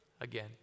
again